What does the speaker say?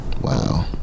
Wow